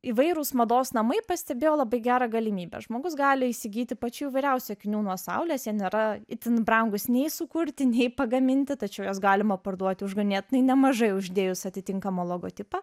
įvairūs mados namai pastebėjo labai gerą galimybę žmogus gali įsigyti pačių įvairiausių akinių nuo saulės jie nėra itin brangūs nei sukurti nei pagaminti tačiau juos galima parduoti už ganėtinai nemažai uždėjus atitinkamą logotipą